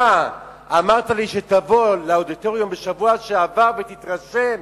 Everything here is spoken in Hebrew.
אתה אמרת לי שתבוא לאודיטוריום בשבוע שעבר ותתרשם.